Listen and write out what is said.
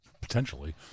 Potentially